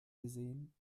gesehen